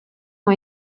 ont